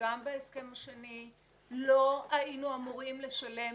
וגם בהסכם השני, לא היינו אמורים לשלם